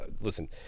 listen